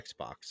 Xbox